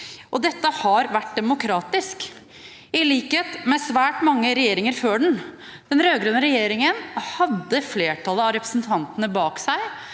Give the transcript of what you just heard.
dette har vært demokratisk. I likhet med svært mange regjeringer før den hadde den rød-grønne regjeringen flertallet av representantene bak seg,